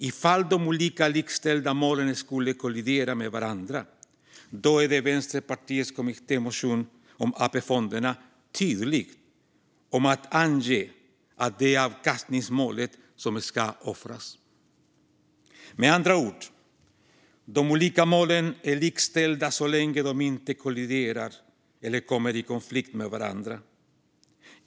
Ifall de olika likställda målen skulle kollidera med varandra är Vänsterpartiets kommittémotion om AP-fonderna tydlig med att ange att det är avkastningsmålet som ska offras. Med andra ord är de olika målen likställda så länge de inte kolliderar eller kommer i konflikt med varandra.